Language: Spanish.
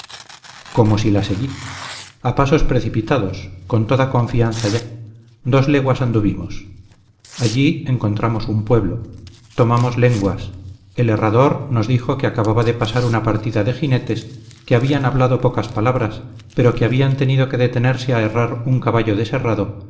cómo si la seguí a pasos precipitados con toda confianza ya dos leguas anduvimos allí encontramos un pueblo tomamos lenguas el herrador nos dijo que acababa de pasar una partida de jinetes que habían hablado pocas palabras pero que habían tenido que detenerse a herrar un caballo